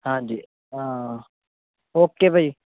ਹਾਂਜੀ ਓਕੇ ਭਾ ਜੀ